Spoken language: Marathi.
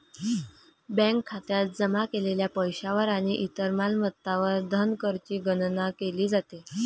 बँक खात्यात जमा केलेल्या पैशावर आणि इतर मालमत्तांवर धनकरची गणना केली जाते